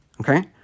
okay